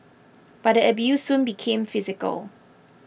but the abuse soon became physical